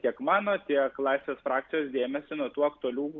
tiek man tiek laisvės frakcijos dėmesį nuo tų aktualių